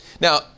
Now